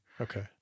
Okay